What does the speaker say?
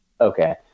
Okay